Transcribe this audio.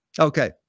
Okay